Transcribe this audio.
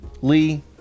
Lee